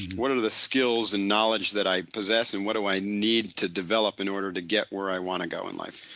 what are the skills and knowledge that i posses and what do i need to develop in order to get where i want to go in life?